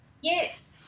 Yes